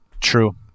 True